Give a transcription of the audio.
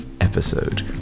episode